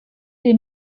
des